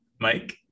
Mike